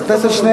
חבר הכנסת שנלר.